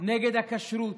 נגד הכשרות,